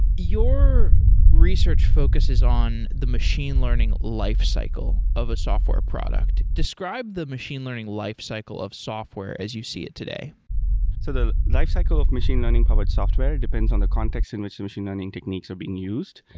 your research focuses on the machine learning lifecycle of a software product. describe the machine learning lifecycle of software as you see it today so the lifecycle of machine learning powered software depends on the context in which the machine learning techniques are being used.